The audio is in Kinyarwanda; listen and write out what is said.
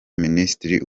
minisitiri